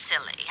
silly